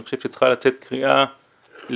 אני חושב שצריכה לצאת קריאה לממשלת